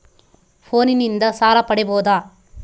ಫೋನಿನಿಂದ ಸಾಲ ಪಡೇಬೋದ?